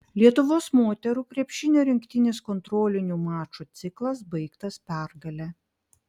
lietuvos moterų krepšinio rinktinės kontrolinių mačų ciklas baigtas pergale